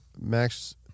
Max